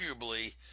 arguably –